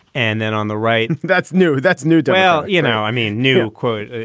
and then on the right and that's new. that's new. well, you know, i mean, new quote.